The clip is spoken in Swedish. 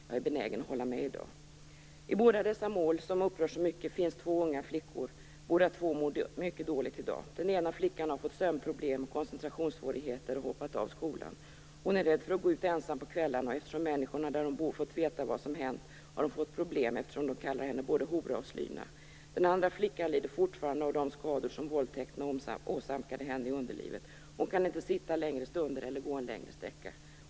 Jag är benägen att hålla med i dag. I båda dessa mål som upprör så mycket finns två unga flickor. Båda två mår mycket dåligt i dag. Den ena flickan har fått sömnproblem och koncentrationssvårigheter och har hoppat av skolan. Hon är rädd för att gå ut ensam på kvällarna, och eftersom människorna där hon bor har fått veta vad som hänt har hon fått problem, och de kallar henne både hora och slyna. Den andra flickan lider fortfarande av de skador som våldtäkterna åsamkade henne i underlivet. Hon kan inte sitta längre stunder eller gå en längre sträcka.